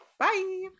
Bye